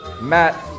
Matt